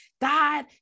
God